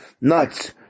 nuts